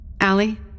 Allie